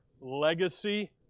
legacy